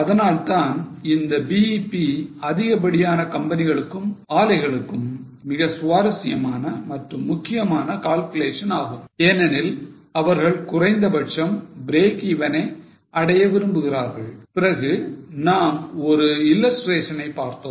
அதனால்தான் இந்த BEP அதிகப்படியான கம்பெனிகளுக்கும் ஆலைகளுக்கும் மிகவும் சுவாரசியமான மற்றும் முக்கியமான calculation ஆகும் ஏனெனில் அவர்கள் குறைந்த பட்சம் break even னை அடைய விரும்புகிறார்கள் பிறகு நாம் ஒரு illustration ஐ பார்த்தோம்